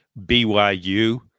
BYU